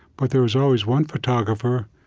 but there was always one photographer,